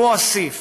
והוא הוסיף: